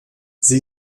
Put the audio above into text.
sie